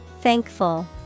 Thankful